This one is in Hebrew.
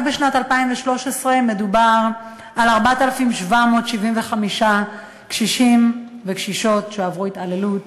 רק בשנת 2013 מדובר על 4,775 קשישים וקשישות שעברו התעללות.